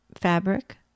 Fabric